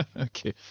Okay